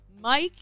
Mike